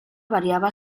variava